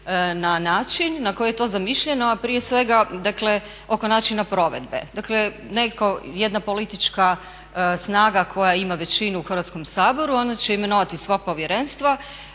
na način na koji je to zamišljeno a prije svega dakle oko načina provedbe. Dakle netko, jedna politička snaga koja ima većinu u Hrvatskom saboru ona će imenovati sva povjerenstva